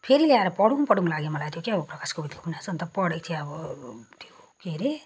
अन्त फेरि ल्याएर पढौँ पढौँ लाग्यो त्यो क्या प्रकाश कोविदका उपन्यास पढेको थिएँ अब त्यो के अरे